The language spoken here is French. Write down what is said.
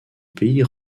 pays